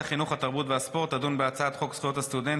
(תיקון,